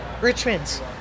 Richmond